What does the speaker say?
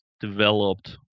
developed